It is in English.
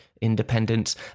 independence